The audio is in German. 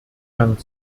gang